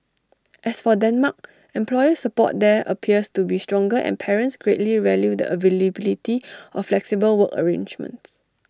as for Denmark employer support there appears to be stronger and parents greatly value the availability of flexible work arrangements